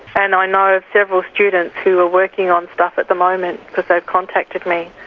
and i know of several students who are working on stuff at the moment, because they've contacted me.